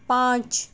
پانچ